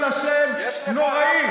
ההתנהגות שלכם זה חילול השם נוראי.